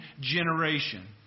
generation